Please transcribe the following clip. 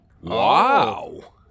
Wow